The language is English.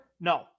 No